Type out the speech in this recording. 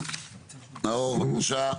נאור בבקשה.